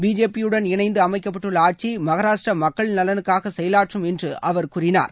பிஜேபியுடன் இணைந்து அமைக்கப்பட்டுள்ள ஆட்சி மகராஷ்டிர மக்கள் நலனுக்காக செயலாற்றும் என்று அவர் கூறினார்